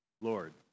Lord